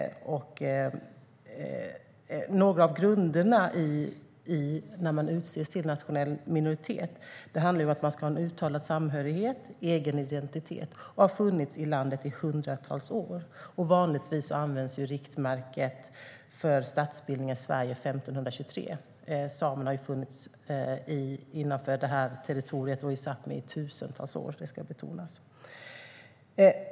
Några av grunderna för att utses till en nationell minoritet är att det ska finnas en uttalad samhörighet och en egen identitet samt att man har funnits i landet i hundratals år. Vanligtvis används riktmärket för statsbildningen av Sverige 1523, och samerna har funnits i territoriet Sápmi i tusentals år. Det ska betonas.